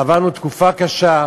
עברנו תקופה קשה,